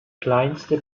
kleinste